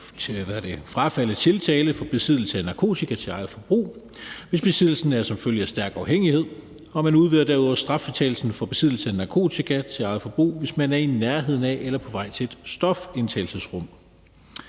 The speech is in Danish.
frafalde tiltale for besiddelse af narkotika til eget forbrug, hvis besiddelsen er en følge af stærk afhængighed, og man udvider derudover straffritagelsen for besiddelse af narkotika til eget forbrug, hvis man er i nærheden af eller på vej til et stofindtagelsesrum.